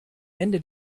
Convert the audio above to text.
ende